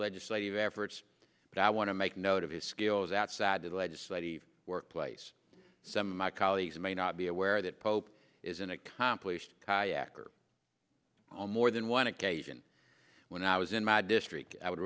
legislative efforts but i want to make note of his skills outside the legislative workplace some of my colleagues may not be aware that pope is an accomplished kayaker on more than one occasion when i was in my district i would